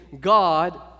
God